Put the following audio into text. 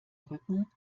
rücken